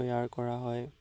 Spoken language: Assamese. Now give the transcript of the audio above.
তৈয়াৰ কৰা হয়